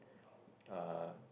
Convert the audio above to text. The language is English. uh